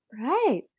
Right